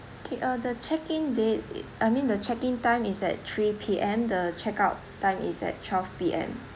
K uh the check in date I mean the check in time is at three P_M the check out time is at twelve P_M